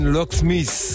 Locksmith